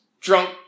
drunk